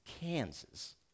Kansas